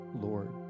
Lord